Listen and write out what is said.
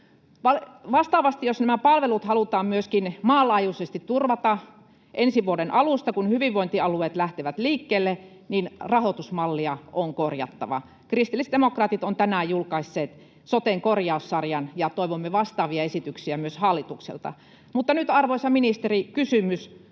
Vastaavasti jos nämä palvelut halutaan myöskin maanlaajuisesti turvata ensi vuoden alusta, kun hyvinvointialueet lähtevät liikkeelle, niin rahoitusmallia on korjattava. Kristillisdemokraatit ovat tänään julkaisseet soten korjaussarjan, ja toivomme vastaavia esityksiä myös hallitukselta. Mutta nyt, arvoisa ministeri, kysymys: